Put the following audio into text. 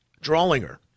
Drawlinger